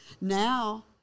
Now